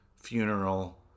funeral